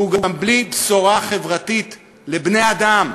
והוא גם בלי בשורה חברתית לבני-אדם,